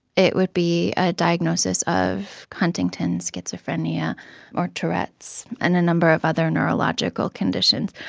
it would be a diagnosis of huntington's, schizophrenia or tourette's, and a number of other neurological conditions.